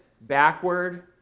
backward